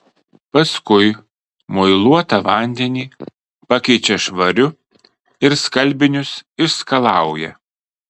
paskui muiluotą vandenį pakeičia švariu ir skalbinius išskalauja